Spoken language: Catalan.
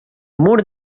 mur